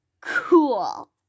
Cool